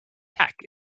attack